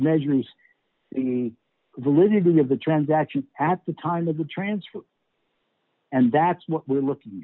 measure the validity of the transaction at the time of the transfer and that's what we're looking